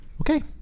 okay